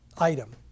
Item